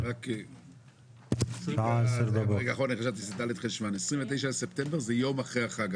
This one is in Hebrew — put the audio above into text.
זה יום אחרי החג.